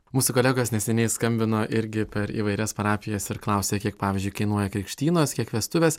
mūsų kolegos neseniai skambino irgi per įvairias parapijas ir klausė kiek pavyzdžiui kainuoja krikštynos kiek vestuvės